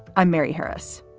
i'm mary harris.